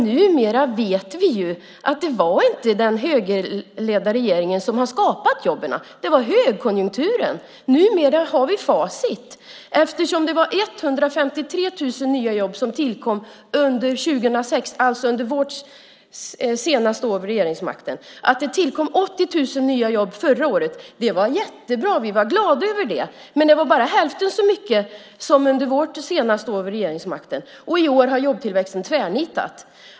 Numera vet vi att det inte var den högerledda regeringen som skapade jobben; det var högkonjunkturen. Numera har vi facit. Det tillkom 153 000 nya jobb under 2006, alltså under vårt senaste år vid regeringsmakten. Att det tillkom 80 000 nya jobb förra året var jättebra; vi var glada över det. Men det var bara hälften så många som under vårt senaste år vid makten. I år har jobbtillväxten tvärnitat.